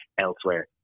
elsewhere